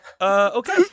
Okay